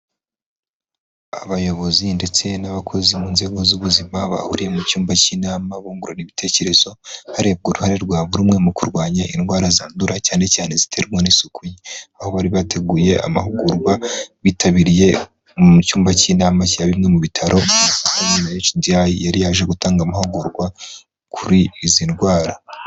Abayobozi ndetse n'abakozi mu nzego z'ubuzima bahuriye mu cyumba cy'inama bungurana ibitekerezo, harebwa uruhare rwa burimwe mu kurwanya indwara zandura cyane cyane ziterwa n'isuku nke, aho bari bateguye amahugurwa bitabiriye mu cyumba cy'inama cya bimwe mu bitaro, hari hari na heyicidi ayi yari yaje gutanga amahugurwa kuri izi ndwara.